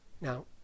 Now